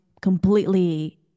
completely